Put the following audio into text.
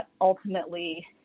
ultimately